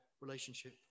relationship